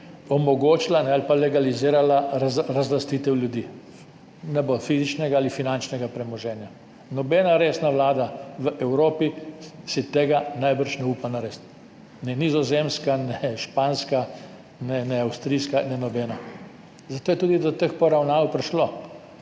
omogočila ali pa legalizirala razlastitev ljudi, ne fizičnega ali finančnega premoženja. Nobena resna vlada v Evropi si tega najbrž ne upa narediti, ne nizozemska, ne španska, ne avstrijska, ne nobena. Zato je tudi prišlo do teh poravnav.